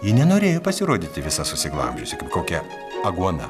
ji nenorėjo pasirodyti visa susiglamžiusi kaip kokia aguona